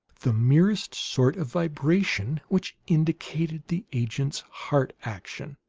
the merest sort of vibration, which indicated the agent's heart-action.